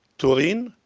turin,